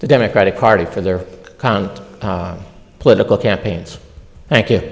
the democratic party for their political campaigns thank you